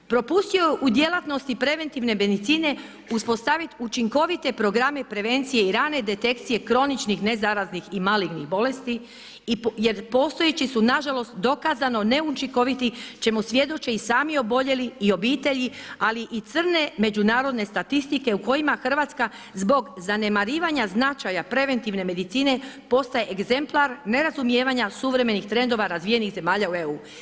Propustio je u djelatnosti preventivne medicine uspostaviti učinkovite programe prevencije i rane detekcije kroničnih nezaraznih i malignih bolesti jer postojeći su nažalost dokazano neučinkoviti čemu svjedoče i sami oboljeli i obitelji ali i crne međunarodne statistike u kojima Hrvatska zbog zanemarivanja značaja preventivne medicine postaje egzemplar nerazumijevanja suvremenih trendova razvijenih zemalja u EU.